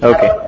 Okay